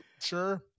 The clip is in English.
Sure